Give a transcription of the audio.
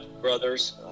brothers